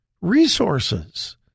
resources